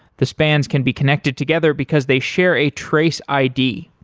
the spans can be connected together because they share a trace id.